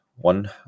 one